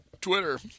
Twitter